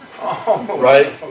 right